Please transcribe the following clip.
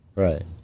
Right